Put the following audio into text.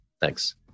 Thanks